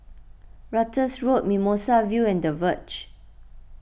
Ratus Road Mimosa View and the Verge